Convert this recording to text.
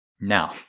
Now